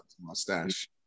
Mustache